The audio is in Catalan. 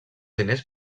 diners